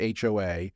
HOA